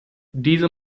diese